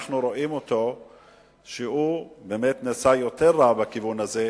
אנחנו רואים שהוא נעשה יותר רע בכיוון הזה,